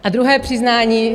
A druhé přiznání.